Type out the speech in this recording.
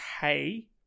hey